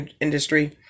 industry